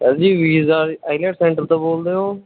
sir ji visa IELTS centre ਤੋਂ ਬੋਲਦੇ ਹੋ